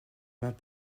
mains